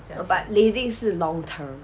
but LASIK 是 long term